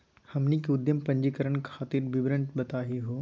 हमनी के उद्यम पंजीकरण करे खातीर विवरण बताही हो?